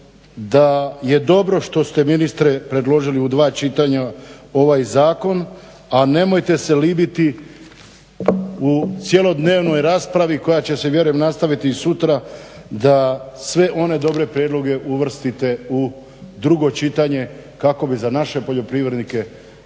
da je dobro što ste ministre predložili u dva čitanja ovaj zakon a nemojte se libiti u cjelodnevnoj raspravi koja će se vjerujem nastaviti i sutra da sve one dobre prijedloge uvrstite u drugo čitanje kako bi za naše poljoprivrednike